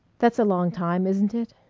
that's a long time, isn't it?